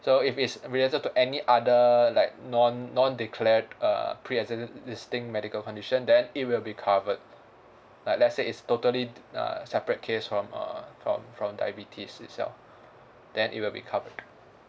so if it's related to any other like non non-declared err pre-existing medical condition then it will be covered like let's say it's totally uh separate case from err from from diabetes itself then it will be covered